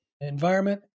environment